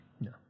No